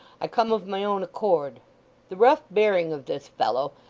i came of my own accord the rough bearing of this fellow,